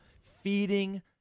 feeding